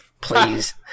Please